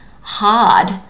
hard